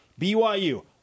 BYU